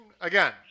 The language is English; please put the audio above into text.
again